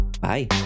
Bye